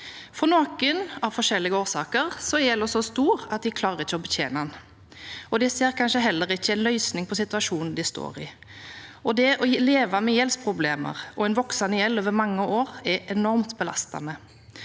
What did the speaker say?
gjelden av forskjellige årsaker så stor at de ikke klarer å betjene den, og de ser kanskje heller ikke en løsning på situasjonen de står i. Det å leve med gjeldsproblemer og en voksende gjeld over mange år er